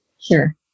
Sure